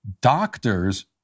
doctors